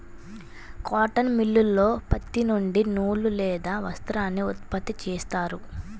cotton మిల్లులో పత్తి నుండి నూలు లేదా వస్త్రాన్ని ఉత్పత్తి చేస్తారు